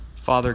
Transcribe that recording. Father